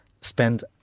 spend